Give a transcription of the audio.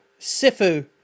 Sifu